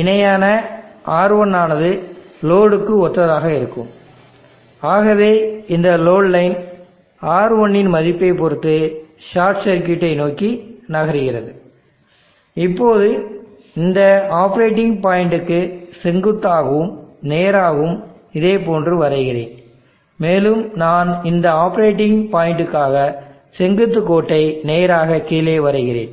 இணையான R1 ஆனது லோடுக்கு ஒத்ததாக இருக்கும் ஆகவே இந்த லோடு லைன் R1 இன் மதிப்பைப் பொறுத்து ஷார்ட் சர்க்யூட்டை நோக்கி நகர்கிறது இப்போது இந்த ஆப்பரேட்டிங் பாயிண்ட்டுக்கு செங்குத்தாகவும் நேராகவும் இதேபோன்று வரைகிறேன் மேலும் நான் இந்த ஆப்பரேட்டிங் பாயிண்ட்டுக்காக செங்குத்து கோட்டை நேராக கீழே வரைகிறேன்